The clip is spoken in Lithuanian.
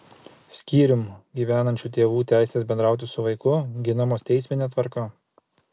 skyrium gyvenančių tėvų teisės bendrauti su vaiku ginamos teismine tvarka